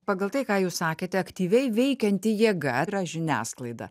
pagal tai ką jūs sakėte aktyviai veikianti jėga yra žiniasklaida